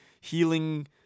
healing